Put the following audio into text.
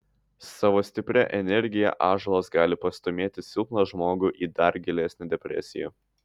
savo stipria energija ąžuolas gali pastūmėti silpną žmogų į dar gilesnę depresiją